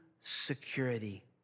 security